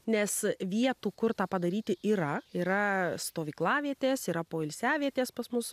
nes vietų kur tą padaryti yra yra stovyklavietės yra poilsiavietės pas mus